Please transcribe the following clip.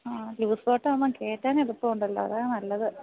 ആ loose coat ആവുമ്പോൾ കയറ്റാൻ എളുപ്പം ഉണ്ടല്ലോ അതാ നല്ലത്